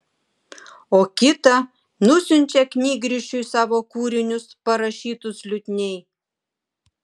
o kitą nusiunčia knygrišiui savo kūrinius parašytus liutniai